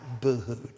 boohooed